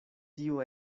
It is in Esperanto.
tiu